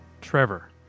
Trevor